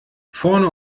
vorne